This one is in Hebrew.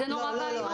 זה נורא ואיום.